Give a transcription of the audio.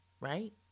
right